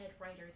writers